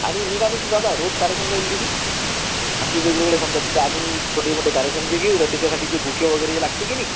आणि मी काय म्हणतो दादा रोज कार्यक्रम राहील की नाही आमचे वेगवेगळे समजा तिथं आम्ही छोटे मोठे कार्यक्रम जे घेऊ आता त्याच्यासाठी जे बुके वगैरे लागते की नाही